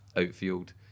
outfield